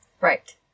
Right